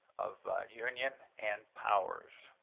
of union and powers.